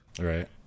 Right